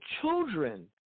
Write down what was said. children